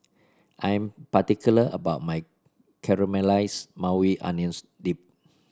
I am particular about my Caramelized Maui Onions Dip